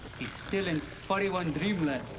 he's still in furry one dreamland.